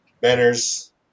banners